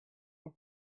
out